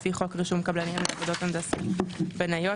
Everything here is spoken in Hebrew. לפי חוק רישום קבלנים לעבודות הנדסה בנאיות,